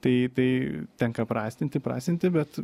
tai tai tenka prastinti prastinti bet